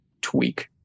tweak